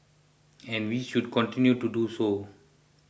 and we should continue to do so